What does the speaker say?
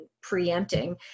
preempting